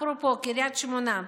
אפרופו קריית שמונה,